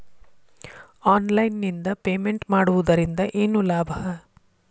Online ನಿಂದ payment ಮಾಡುವುದರಿಂದ ಏನು ಲಾಭ?